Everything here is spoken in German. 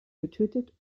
getötet